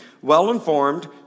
well-informed